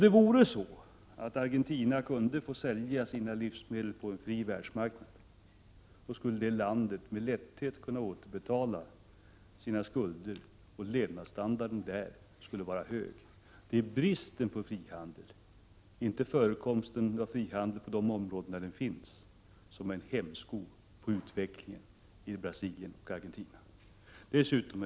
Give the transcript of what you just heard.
Om Argentina kunde få sälja sina livsmedel på en fri världsmarknad, skulle landet med lätthet kunna återbetala sina skulder och levnadsstandarden skulle vara hög. Det är bristen på frihandel, inte förekomsten av frihandel, som är en hämsko på utvecklingen i Brasilien och Argentina. Herr talman!